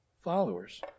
followers